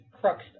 crux